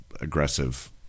aggressive